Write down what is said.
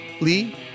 Lee